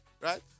Right